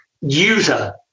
user